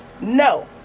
no